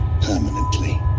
permanently